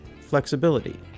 flexibility